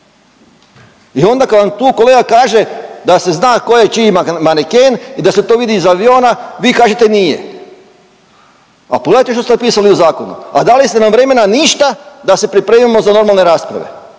I onda kada vam tu kolega kaže da se zna tko je čiji maneken i da se to vidi iz aviona, vi kažete nije. A pogledajte što ste napisali u zakonu, a dali ste nam vremena ništa da se pripremimo za normalne rasprave,